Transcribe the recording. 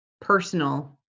personal